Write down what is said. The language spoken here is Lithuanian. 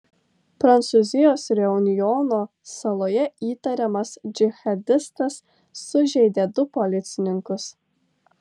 prancūzijos reunjono saloje įtariamas džihadistas sužeidė du policininkus